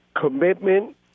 commitment